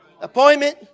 appointment